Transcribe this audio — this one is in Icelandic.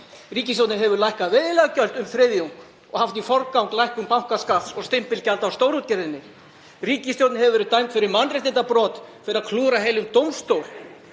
Ríkisstjórnin hefur lækkað veiðileyfagjöld um þriðjung og haft í forgang lækkun bankaskatts og stimpilgjald af stórútgerðinni. Ríkisstjórnin hefur verið dæmd fyrir mannréttindabrot, fyrir að klúðra heilum dómstól